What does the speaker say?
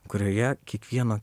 kurioje kiekvieno